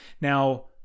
Now